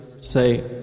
say